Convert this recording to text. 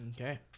Okay